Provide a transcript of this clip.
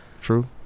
true